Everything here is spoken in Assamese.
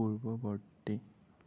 পূৰ্বৱৰ্তী